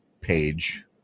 page